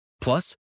Plus